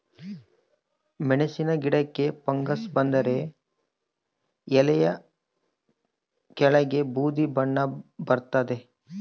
ಮೆಣಸಿನ ಗಿಡಕ್ಕೆ ಫಂಗಸ್ ಬಂದರೆ ಎಲೆಯ ಕೆಳಗೆ ಬೂದಿ ಬಣ್ಣ ಬರ್ತಾದೆ